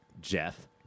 Jeff